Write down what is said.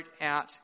out